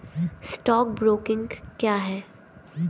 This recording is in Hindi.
स्टॉक ब्रोकिंग क्या है?